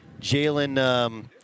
Jalen